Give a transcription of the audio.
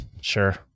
sure